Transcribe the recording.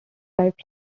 arrived